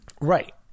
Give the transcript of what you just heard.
Right